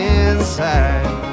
inside